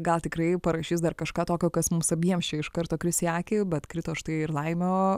gal tikrai parašys dar kažką tokio kas mums abiems iš karto kris į akį bet krito štai ir laimio